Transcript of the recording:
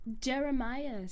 jeremiah